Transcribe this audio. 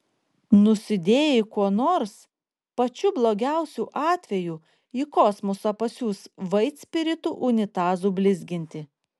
nusidėjai kuo nors pačiu blogiausiu atveju į kosmosą pasiųs vaitspiritu unitazų blizginti